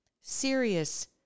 Serious